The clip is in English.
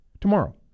tomorrow